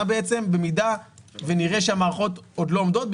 בעצם במידה שנראה שהמערכות עוד לא עומדות,